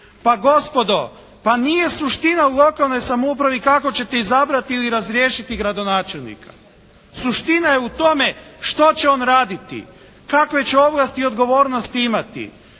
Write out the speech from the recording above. Pa gospodo, pa nije suština u lokalnoj samoupravi kako ćete izabrati ili razriješiti gradonačelnika. Suština je u tome što će on raditi, kakve će ovlasti i odgovornosti imati,